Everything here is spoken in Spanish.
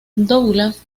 douglas